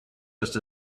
just